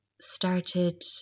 started